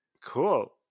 Cool